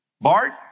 Bart